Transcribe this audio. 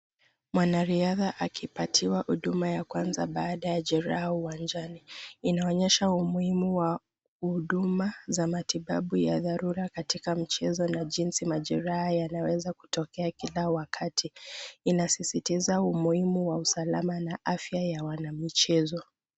Mwanariadha akipatiwa huduma ya kwanza baada ya jeraha au uwanjani. Inaonyesha umuhimu wa huduma za matibabu ya dharura katika michezo na jinsi majeraha yanaweza kuokea kila wakati. Inasisitiza umuhimu wa usalama na afya ya wanamichezo.